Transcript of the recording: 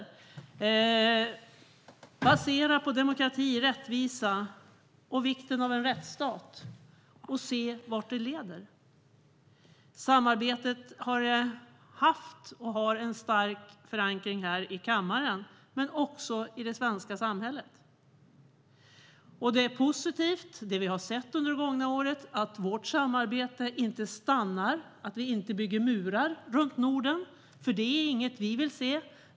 Man ska basera arbetet på demokrati, rättvisa och vikten av en rättsstat och se vart det leder. Samarbetet har haft och har stark förankring här i kammaren men också i det svenska samhället. Vi har sett under det gångna året att vårt samarbete inte stannar av, att vi inte bygger murar runt Norden. Det är positivt. Vi vill nämligen inte se att det stannar av.